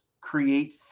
create